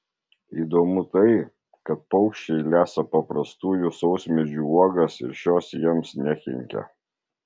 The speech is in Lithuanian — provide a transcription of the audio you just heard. įdomu tai kad paukščiai lesa paprastųjų sausmedžių uogas ir šios jiems nekenkia